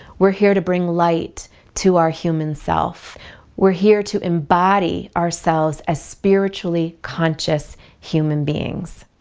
we're here to bring light to our human self we're here to embody ourselves as spiritually conscious human beings.